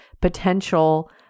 potential